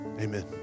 amen